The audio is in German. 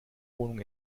wohnung